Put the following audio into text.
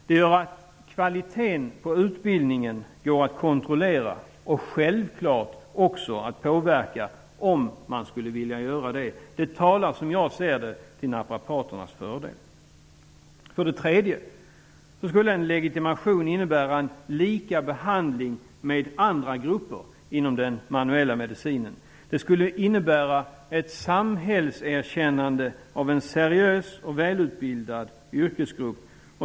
Det gör att kvaliteten på utbildningen går att kontrollera och självfallet också att påverka, om man skulle vilja göra det. Det talar till naprapaternas fördel. För det tredje skulle en legitimation innebära en likabehandling med andra grupper inom den manuella medicinen och ett samhällserkännande av en seriös och välutbildad yrkesgrupp.